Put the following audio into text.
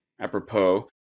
apropos